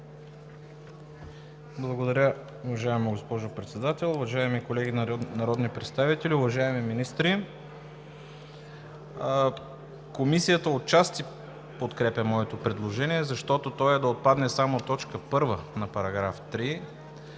Благодаря, уважаема госпожо Председател. Уважаеми колеги народни представители, уважаеми министри! Комисията отчасти подкрепя моето предложение, защото то е да отпадне само т. 1 на § 3,